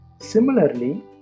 Similarly